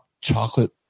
chocolate